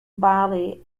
bali